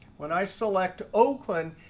when i select oakland,